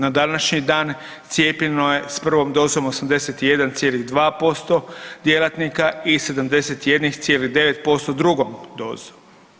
Na današnji dan cijepljeno je s prvom dozom 81,2% djelatnika i 71,9% drugom dozom.